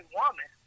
woman